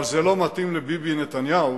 אבל זה לא מתאים לביבי נתניהו.